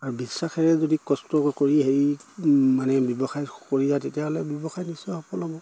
আৰু বিশ্বাসেৰে যদি কষ্ট কৰি হেৰি মানে ব্যৱসায় তেতিয়াহ'লে ব্যৱসায় নিশ্চয় সফল